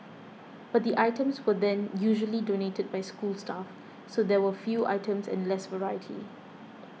but the items were then usually donated by school staff so there were few items and less variety